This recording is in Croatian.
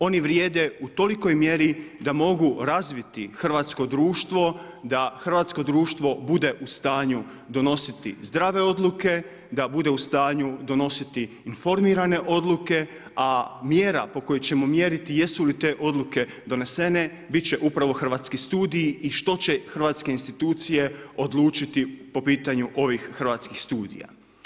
Oni vrijede u tolikoj mjeri da mogu razviti hrvatsko društvo, da hrvatsko društvo bude u stanju donositi zdrave odluke, da bude u stanju donositi informirane odluke, a mjera po kojoj ćemo mjeriti jesu li te odluke donesene, biti će upravo hrvatski studiji i što će hrvatske institucije odlučiti po pitanju ovih hrvatskih studija.